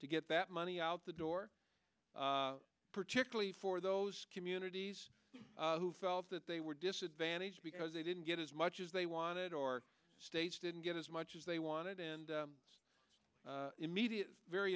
to get that money out the door particularly for those communities who felt that they were disadvantaged because they didn't get as much as they wanted or states didn't get as much as they wanted and immediately very